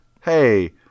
Hey